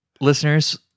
listeners